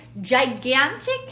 gigantic